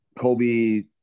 Kobe